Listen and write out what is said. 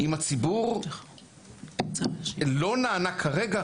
אם הציבור לא נענה כרגע,